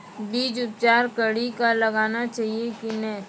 बीज उपचार कड़ी कऽ लगाना चाहिए कि नैय?